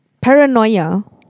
paranoia